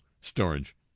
storage